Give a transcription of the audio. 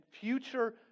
future